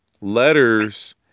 letters